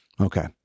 Okay